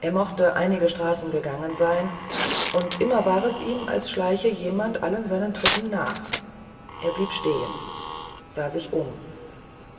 er mochte einige straßen gegangen sein und immer war es ihm als schleiche jemand allen seinen tritten nach er blieb stehen sah sich um